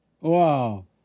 Wow